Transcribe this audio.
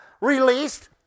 released